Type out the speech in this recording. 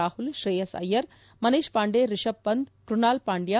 Rahul Shreyas Iyer Manish Pandey Rishabh Pant Krunal Pandya